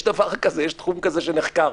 יש דבר כזה, יש תחום כזה שנחקר.